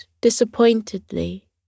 Disappointedly